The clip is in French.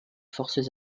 forces